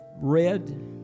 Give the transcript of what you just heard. read